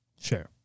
Sure